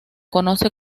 conoce